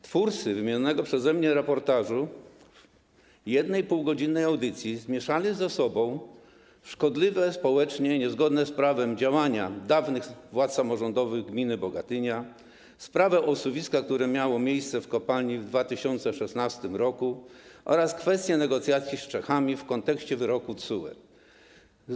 Twórcy wymienionego przeze mnie reportażu w jednej półgodzinnej audycji zmieszali ze sobą szkodliwe społecznie, niezgodne z prawem działania dawnych władz samorządowych gminy Bogatynia, sprawę osuwiska, które miało miejsce w kopalni w 2016 r., oraz kwestię negocjacji z Czechami w kontekście wyroku TSUE.